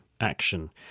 action